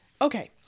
Okay